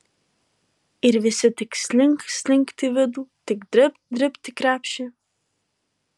ir visi tik slink slinkt į vidų tik dribt dribt į krepšį